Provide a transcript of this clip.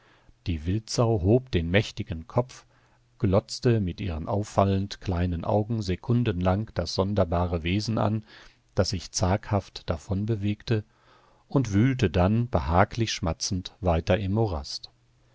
die wildsau hob den mächtigen kopf glotzte mit ihren auffallend kleinen augen sekundenlang das sonderbare wesen an das sich zaghaft davonbewegte und wühlte dann behaglich schmatzend weiter im morast